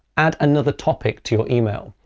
add another topic to your email,